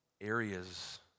areas